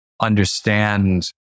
understand